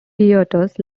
hiatus